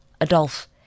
Adolf